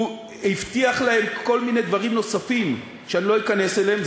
הוא הבטיח להן כל מיני דברים נוספים שאני לא אכנס אליהם,